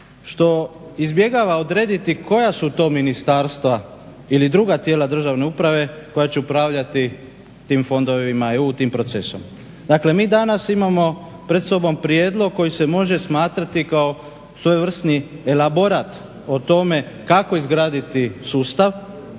što izbjegava odrediti koja su to ministarstva ili druga tijela državne uprave koja će upravljati tim fondovima EU, tim procesom. Dakle, mi danas imamo pred sobom prijedlog koji se može smatrati kao svojevrsni elaborat o tome kako izgraditi sustav.